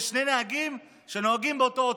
ויש שני נהגים שנוהגים באותו אוטובוס?